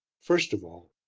first of all,